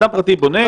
אדם פרטי בונה,